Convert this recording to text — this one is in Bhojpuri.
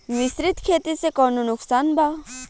मिश्रित खेती से कौनो नुकसान बा?